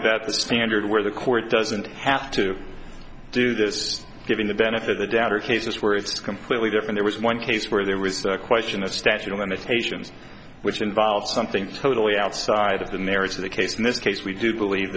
about the standard where the court doesn't have to do this giving the benefit of the doubt or cases where it's completely different it was one case where there was a question of statute of limitations which involved something totally outside of the merits of the case miss case we do believe